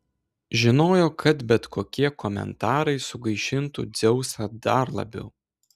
žinojo kad bet kokie komentarai sugaišintų dzeusą dar labiau